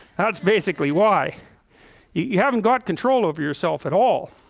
that's basically why you haven't got control over yourself at all